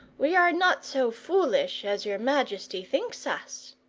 we are not so foolish as your majesty thinks us.